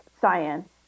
science